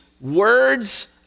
words